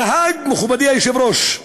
הנהג, מכובדי היושב-ראש,